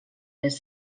les